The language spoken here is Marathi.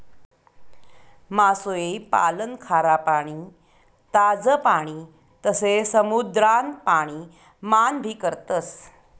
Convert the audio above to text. मासोई पालन खारा पाणी, ताज पाणी तसे समुद्रान पाणी मान भी करतस